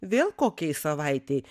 vėl kokiai savaitei